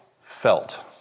felt